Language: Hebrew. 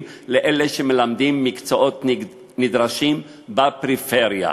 לאלה שמלמדים מקצועות נדרשים בפריפריה,